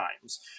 times